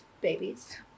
babies